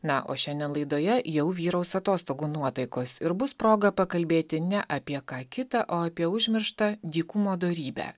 na o šiandien laidoje jau vyraus atostogų nuotaikos ir bus proga pakalbėti ne apie ką kitą o apie užmirštą dykumo dorybę